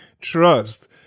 Trust